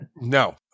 No